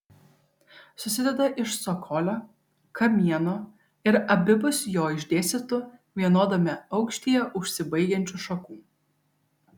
susideda iš cokolio kamieno ir abipus jo išdėstytų vienodame aukštyje užsibaigiančių šakų